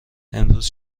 امروز